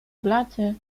blacie